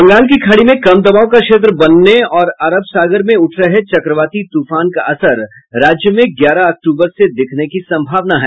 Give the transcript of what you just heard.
बंगाल की खाड़ी में कम दबाव का क्षेत्र बनने ओर अरब सागर में उठ रहे चक्रवाती तूफान का असर राज्य में ग्यारह अक्टूबर से दिखने की संभावना है